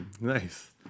Nice